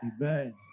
Amen